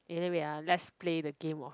eh wait ah let's play the game of